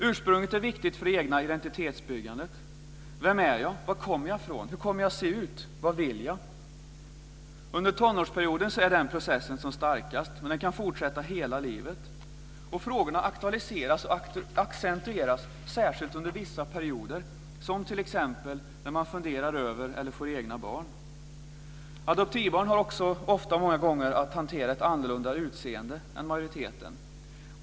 Ursprunget är viktigt för det egna identitetsbyggandet. Vem är jag? Var kommer jag ifrån? Hur kommer jag att se ut? Vad vill jag? Under tonårsperioden är den processen som starkast, men den kan fortsätta hela livet. Och frågorna aktualiseras och accentueras särskilt under vissa perioder, som t.ex. när man funderar över eller får egna barn. Adoptivbarn har också många gånger att hantera ett annorlunda utseende jämfört med majoriteten.